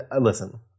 listen